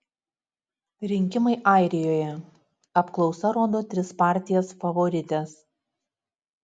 rinkimai airijoje apklausa rodo tris partijas favorites